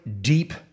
deep